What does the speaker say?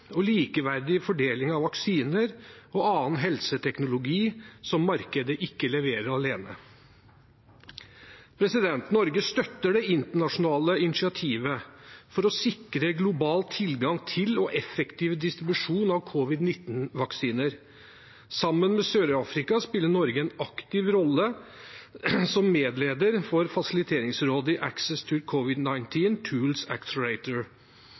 leverer alene.» Norge støtter det internasjonale initiativet for å sikre global tilgang til og effektiv distribusjon av covid-19-vaksiner. Sammen med Sør-Afrika spiller Norge en aktiv rolle som medleder for fasiliteringsrådet i The Access to Covid-19 Tools